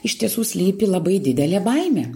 iš tiesų slypi labai didelė baimė